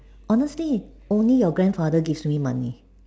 honestly only your grandfather gives me money